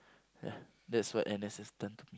ya that's what N_S has done to me